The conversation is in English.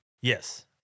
Yes